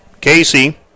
Casey